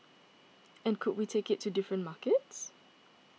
and could we take it to different markets